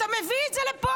אתה מביא את זה לפה.